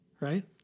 Right